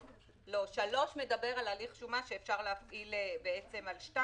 לא, (3) מדבר על הליך שומה שאפשר להפעיל על (2).